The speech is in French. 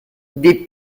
des